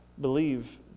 believe